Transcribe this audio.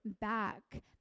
back